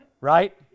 Right